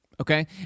okay